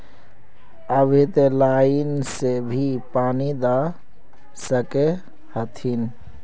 अभी ते लाइन से भी पानी दा सके हथीन?